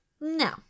no